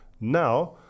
now